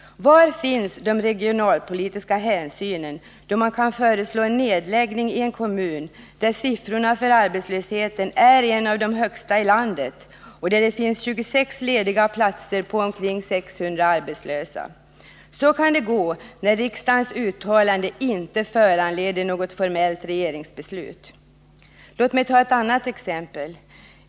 Var finns de regionalpolitiska hänsynen, då man kan föreslå en nedläggning i en kommun, där arbetslöshetssiffran är en av de högsta i landet och där det finns 26 lediga platser på omkring 600 arbetslösa? Så kan det gå när riksdagens uttalande inte föranleder något formellt regeringsbeslut. Låt mig ta ett annat exempel.